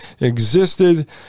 existed